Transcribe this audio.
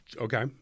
Okay